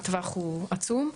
הטווח הוא עצום.